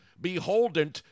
beholden